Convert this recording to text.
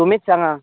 तुमीच सांगा